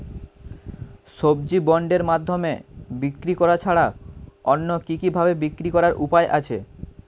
সবজি বন্ডের মাধ্যমে বিক্রি করা ছাড়া অন্য কি কি ভাবে বিক্রি করার উপায় আছে?